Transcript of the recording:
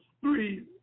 three